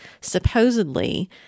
supposedly